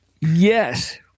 yes